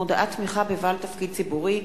מודעת תמיכה בבעל תפקיד ציבורי),